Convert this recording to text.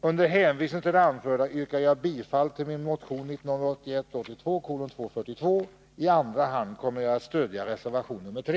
Under hänvisning till det anförda yrkar jag bifall till min motion 1981/82:242. I andra hand kommer jag att stödja reservation nr 3.